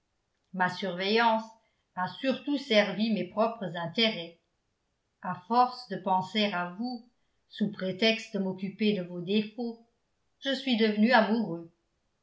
ma surveillance a surtout servi mes propres intérêts à force de penser à vous sous prétexte de m'occuper de vos défauts je suis devenu amoureux